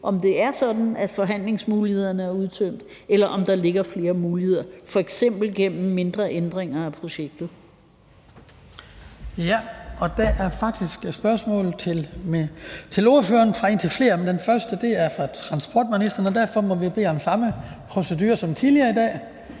om det er sådan, at forhandlingsmulighederne er udtømt, eller om der ligger flere muligheder, f.eks. gennem mindre ændringer af projektet. Kl. 18:37 Den fg. formand (Hans Kristian Skibby): Der er et spørgsmål til ordføreren fra indtil flere, og den første spørger er transportministeren, og derfor må vi bede om samme procedure som tidligere i dag.